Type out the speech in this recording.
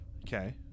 okay